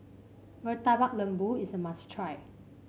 Murtabak Lembu is a must try